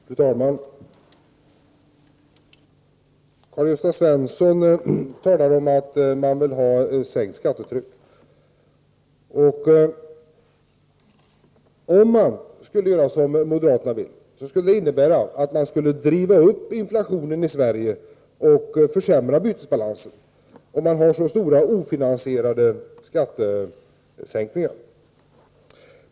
Fru talman! Karl-Gösta Svenson talar om att det behövs en sänkning av skattetrycket. Men om man genomför de stora ofinansierade skattesänkningar som moderaterna efterlyser, innebär det att inflationen i Sverige drivs upp. Dessutom skulle bytesbalansen försämras.